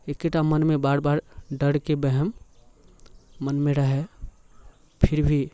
एक्केटा मनमे बार बार डरके वहम मनमे रहए फिर भी